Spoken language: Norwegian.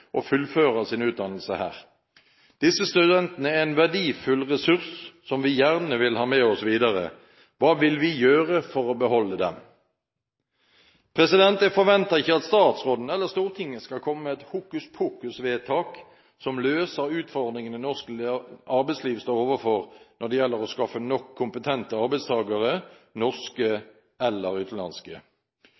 fullfører sin utdannelse her. Disse studentene er en verdifull ressurs, som vi gjerne vil ha med oss videre. Hva vil vi gjøre for å beholde dem? Jeg forventer ikke at statsråden eller Stortinget skal komme med et hokuspokus-vedtak som løser utfordringene norsk arbeidsliv står overfor når det gjelder å skaffe nok kompetente arbeidstagere, norske eller utenlandske.